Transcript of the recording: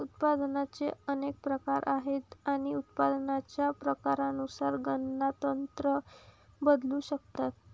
उत्पादनाचे अनेक प्रकार आहेत आणि उत्पादनाच्या प्रकारानुसार गणना तंत्र बदलू शकतात